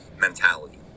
mentality